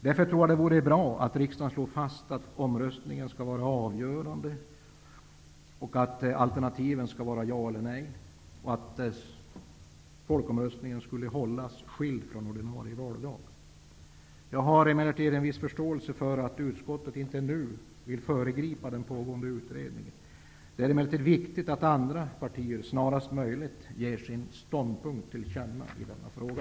Därför tror jag att det vore bra om riksdagen slog fast att omröstningen skall vara avgörande, att alternativen skall vara ja eller nej och att folkomröstningen skall hållas skild från ordinarie valdag. Jag har emellertid en viss förståelse för att utskottet inte ännu vill föregripa den pågående utredningen. Det är emellertid viktigt att andra partier snarast möjligt ger sin ståndpunkt till känna i denna fråga.